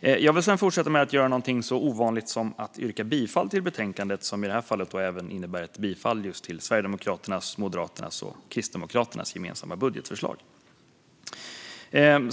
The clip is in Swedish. Jag vill fortsätta med att göra någonting så ovanligt som att yrka bifall till förslaget i betänkandet, vilket i detta fall även innebär ett bifall till Sverigedemokraternas, Moderaternas och Kristdemokraternas gemensamma budgetförslag.